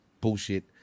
Bullshit